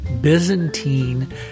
Byzantine